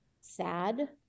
sad